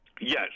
Yes